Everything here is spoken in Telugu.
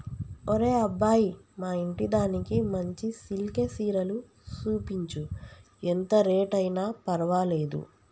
ఒరే అబ్బాయి మా ఇంటిదానికి మంచి సిల్కె సీరలు సూపించు, ఎంత రేట్ అయిన పర్వాలేదు